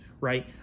right